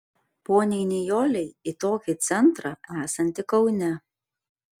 poniai nijolei į tokį centrą esantį kaune